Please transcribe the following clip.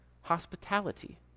hospitality